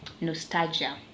nostalgia